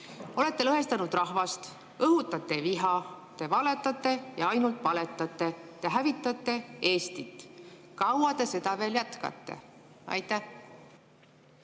Olete lõhestanud rahvast, õhutate viha, te valetate ja ainult valetate, te hävitate Eestit. Kui kaua te seda veel jätkate? Tänan,